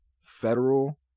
federal